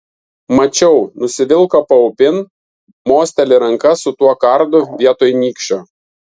mačiau nusivilko paupin mosteli ranka su tuo kardu vietoj nykščio